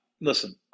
listen